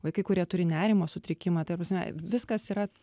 vaikai kurie turi nerimo sutrikimą ta prasme viskas yra